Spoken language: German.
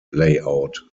layout